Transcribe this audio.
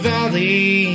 Valley